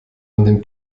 man